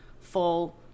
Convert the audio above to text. full